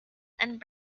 and